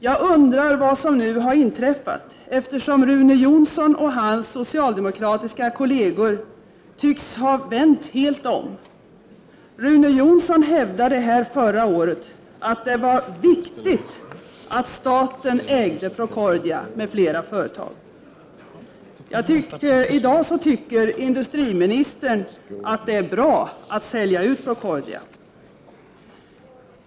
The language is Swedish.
Jag undrar vad som har inträffat, eftersom Rune Jonsson och hans socialdemokratiska kolleger tycks ha vänt helt om. Rune Jonsson hävdade här förra året att det var viktigt att staten ägde Procordia m.fl. företag. I dag tycker industriministern att det är bra att sälja ut Procordia.